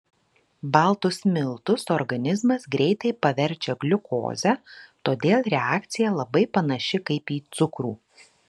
baltus miltus organizmas greitai paverčia gliukoze todėl reakcija labai panaši kaip į cukrų